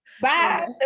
Bye